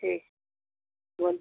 ठीक